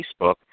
Facebook